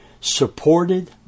supported